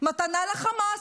מתנה לחמאס.